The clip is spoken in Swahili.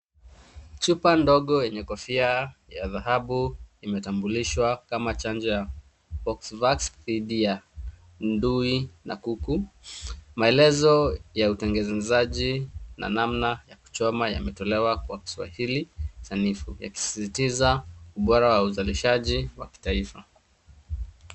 Chupa ndogo yenye kofia ya dhahabu imetambulishwa kama chanjo ya, foxfax, dhidi ya ndui ya kuku. Maelezo na utengenezaji na namna ya kuchoma yametolewa kwa Kiswahili sanifu yakisisitiza ubora wa uzalishaji wa kitaifa.